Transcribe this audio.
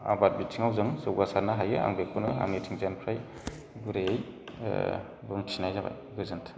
आबाद बिथिङाव जों जौगासारनो हायो आं बेखौनो आंनिथिंजायनिफ्राय गुरैयै बुंथिनाय जाबाय गोजोनथों